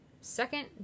Second